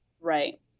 right